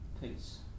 peace